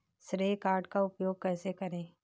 श्रेय कार्ड का उपयोग कैसे करें?